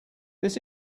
this